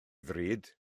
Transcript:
ddrud